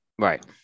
Right